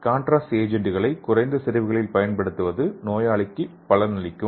contrast ஏஜெண்டுகளை குறைந்த செறிவுகளில் பயன்படுத்துவது நோயாளிகளுக்கு பயனளிக்கும்